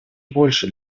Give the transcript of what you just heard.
больше